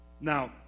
Now